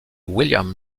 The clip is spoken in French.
william